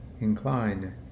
Incline